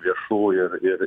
viešų ir ir